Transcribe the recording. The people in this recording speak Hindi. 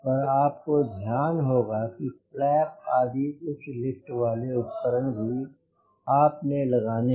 पर आपको ध्यान होगा कि फ्लैप आदि उच्च लिफ्ट वाले उपकरण भी आपने लगाने हैं